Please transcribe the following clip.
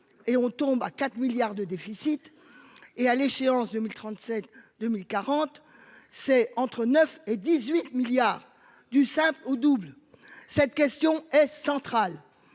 et on tombe à 4 milliards de déficit et à l'échéance 2037 2040 c'est entre 9 et 18 milliards du simple au double. Cette question est centrale.